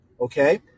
Okay